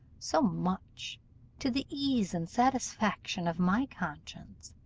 so much to the ease and satisfaction of my conscience,